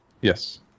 Yes